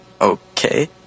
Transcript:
Okay